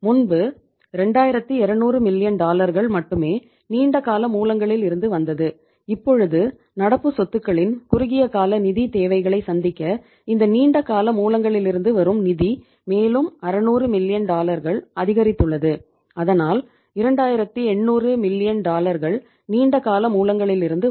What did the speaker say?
முன்பு 2200 மில்லியன் நீண்டகால மூலங்களிலிருந்து வரும்